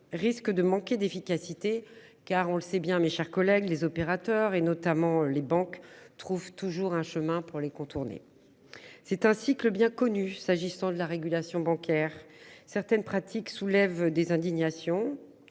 risquent de manquer d'efficacité car on le sait bien, mes chers collègues, les opérateurs et notamment les banques trouvent toujours un chemin pour les contourner. C'est ainsi que le bien connu, s'agissant de la régulation bancaire certaines pratiques soulèvent des indignations.